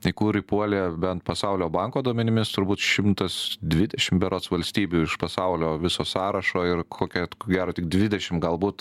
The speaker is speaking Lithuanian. į kur įpuolė bent pasaulio banko duomenimis turbūt šimtas dvidešim berods valstybių iš pasaulio viso sąrašo ir kokia gero tik dvidešim galbūt